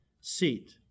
seat